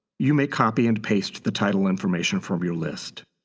you may copy and paste the title information from your list.